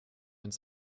ins